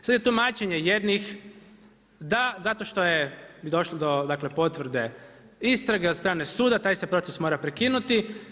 Sad je tumačenje da zato što bi došlo do dakle potvrde istrage od strane suda, taj se proces mora prekinuti.